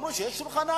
ואמרו שיש שולחן עגול.